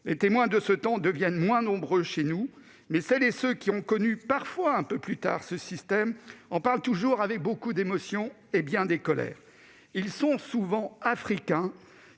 Les témoins de ce temps deviennent moins nombreux chez nous, mais celles et ceux qui ont connu- parfois un peu plus tard -ce système en parlent toujours avec beaucoup d'émotion et bien des colères. Ils sont souvent africains,